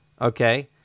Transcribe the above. Okay